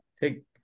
Take